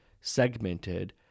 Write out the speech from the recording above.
segmented